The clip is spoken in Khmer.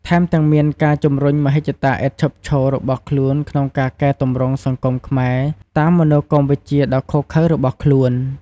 ថែមទាំងមានការជំរុញមហិច្ចតាឥតឈប់ឈររបស់ខ្លួនក្នុងការកែទម្រង់សង្គមខ្មែរតាមមនោគមវិជ្ជាដ៏ឃោរឃៅរបស់ខ្លួន។